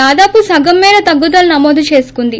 దాదాపు సగం మేర తగ్గుదలను నమోదు చేసుకుంది